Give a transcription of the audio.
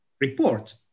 report